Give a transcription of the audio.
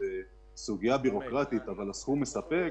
אם הבעיה היא בירוקרטית והסכום מספק,